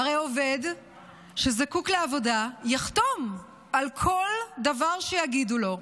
והרי עובד שזקוק לעבודה יחתום על כל דבר שיגידו לו.